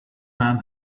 man